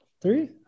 three